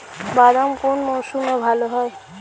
বাদাম কোন মরশুমে ভাল হয়?